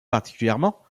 particulièrement